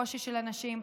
מקושי של אנשים.